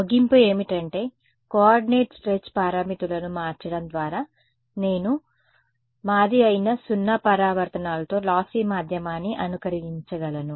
ముగింపు ఏమిటంటే coordinate stretch పారామితులను మార్చడం ద్వారా నేను మాది అయిన 0 పరావర్తనలతో లాస్సి మాధ్యమాన్ని అనుకరించగలను